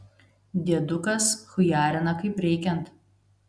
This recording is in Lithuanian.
diedukas chujarina kaip reikiant